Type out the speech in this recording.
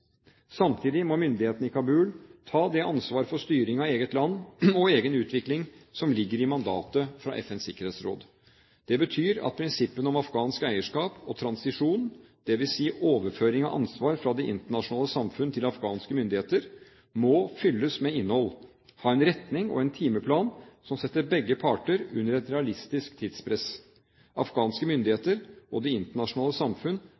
Samtidig må myndighetene i Kabul ta det ansvar for styring av eget land og egen utvikling som ligger i mandatet fra FNs sikkerhetsråd. Det betyr at prinsippene om afghansk eierskap og transisjon, dvs. overføring av ansvar fra det internasjonale samfunn til afghanske myndigheter, må fylles med innhold, ha en retning og en timeplan som setter begge parter under et realistisk tidspress. Afghanske myndigheter og det internasjonale samfunn